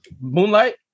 Moonlight